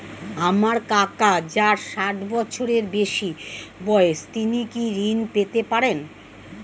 আমার কাকা যার ষাঠ বছরের বেশি বয়স তিনি কি ঋন পেতে পারেন?